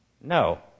No